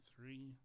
three